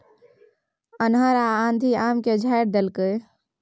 अन्हर आ आंधी आम के झाईर देलकैय?